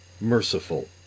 merciful